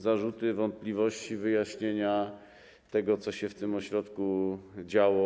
Zarzuty, wątpliwości, wyjaśnienia tego, co się w tym ośrodku działo.